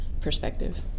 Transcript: perspective